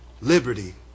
liberty